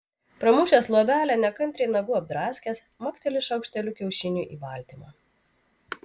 pramušęs luobelę nekantriai nagu apdraskęs makteli šaukšteliu kiaušiniui į baltymą